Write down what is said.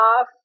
off